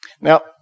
Now